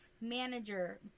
manager